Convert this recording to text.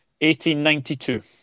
1892